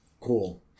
Cool